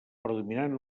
predominant